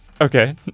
Okay